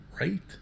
Right